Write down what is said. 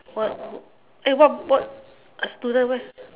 what what what student where's